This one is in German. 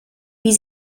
wie